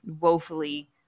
woefully